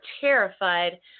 terrified